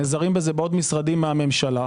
נעזרים בזה בעוד משרדים מהממשלה.